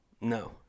No